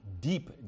deep